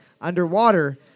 Underwater